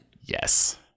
yes